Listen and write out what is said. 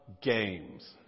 games